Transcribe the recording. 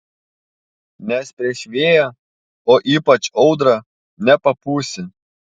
nes prieš vėją o ypač audrą nepapūsi